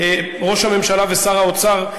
ראש הממשלה ושר האוצר,